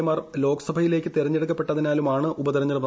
A മാർ ലോക്സഭയിലേക്ക് തെരഞ്ഞെടുക്കപ്പെട്ടതിനാലുമാണ് ഉപതെരഞ്ഞെടുപ്പ്